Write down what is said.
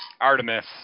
Artemis